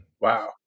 Wow